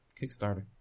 Kickstarter